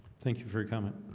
thank you for coming